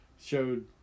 showed